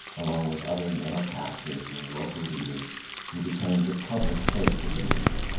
along with other male pastors and local leaders who became the public face of the movement.